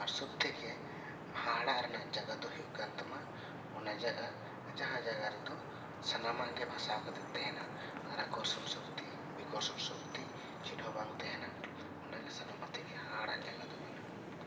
ᱟᱨ ᱥᱚᱵ ᱛᱷᱮᱠᱮ ᱦᱟᱦᱟᱲᱟᱜ ᱨᱮᱱᱟᱜ ᱡᱟᱭᱜᱟ ᱫᱚ ᱦᱩᱭᱩᱜ ᱠᱟᱱ ᱛᱟᱢᱟ ᱚᱱᱟ ᱡᱟᱭᱜᱟ ᱡᱟᱦᱟᱸ ᱡᱟᱭᱜᱟ ᱨᱮᱫᱚ ᱥᱟᱱᱟᱢᱟᱜ ᱜᱮ ᱵᱷᱟᱥᱟᱣ ᱠᱟᱛᱮᱫ ᱛᱟᱦᱮᱱᱟ ᱟᱨ ᱟᱠᱚᱨᱥᱚᱱ ᱥᱚᱠᱛᱤ ᱵᱤᱠᱚᱨᱥᱚᱱ ᱥᱚᱠᱛᱤ ᱪᱮᱫ ᱦᱚᱸ ᱵᱟᱝ ᱛᱟᱦᱮᱱᱟ ᱚᱱᱟᱜᱮ ᱥᱚᱵ ᱛᱷᱮᱠᱮ ᱦᱟᱦᱟᱲᱟᱜ ᱡᱟᱭᱜᱟ ᱫᱚ ᱠᱟᱱᱟ